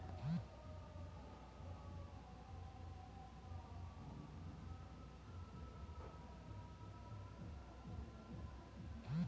poultry পালন করাং সমইত অনেক রকমের সমস্যা হই, যেটোকে ঠিক ভাবে পরিচালনা করঙ দরকার